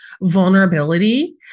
vulnerability